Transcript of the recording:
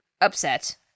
upset